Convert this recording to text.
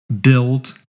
build